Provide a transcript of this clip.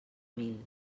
mil